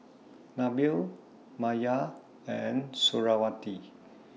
Nabil Maya and Suriawati